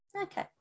okay